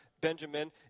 Benjamin